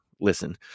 Listen